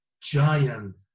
giant